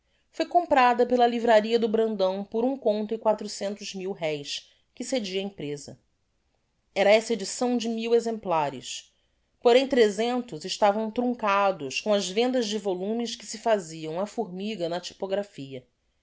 foi comprada pela livraria do brandão por um conto e quatro centos mil reis que cedi á empreza era essa edicção de mil exemplares porem trezentos estavam truncados com as vendas de volumes que se faziam á formiga na typographia